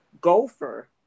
gopher